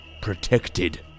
Protected